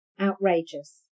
outrageous